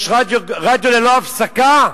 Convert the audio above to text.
יש רדיו ללא הפסקה,